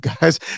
guys